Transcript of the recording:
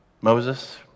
Moses